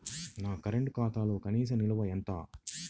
నా కరెంట్ ఖాతాలో కనీస నిల్వ ఎంత?